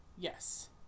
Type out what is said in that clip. Yes